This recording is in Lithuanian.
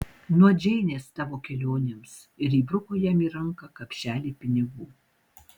nuo džeinės tavo kelionėms ir įbruko jam į ranką kapšelį pinigų